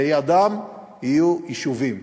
ולידן יהיו יישובים.